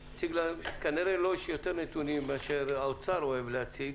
כנראה לו יש יותר נתונים מאשר האוצר אוהב להציג,